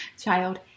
Child